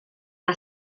yna